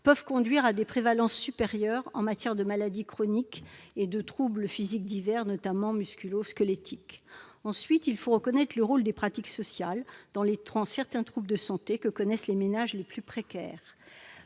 peuvent conduire à des prévalences supérieures en matière de maladies chroniques et de troubles physiques divers, notamment musculo-squelettiques. Il faut aussi reconnaître le rôle des pratiques sociales dans certains des troubles de santé que connaissent les ménages les plus précaires.